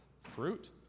fruit